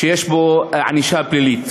שיש בו ענישה פלילית.